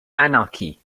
anarchy